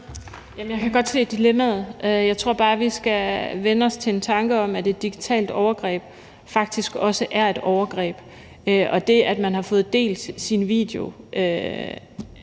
jeg kan godt se dilemmaet. Jeg tror bare, at vi skal vænne os til en tanke om, at et digitalt overgreb faktisk også er et overgreb. Og det, at man har fået delt sin video